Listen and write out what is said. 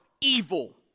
evil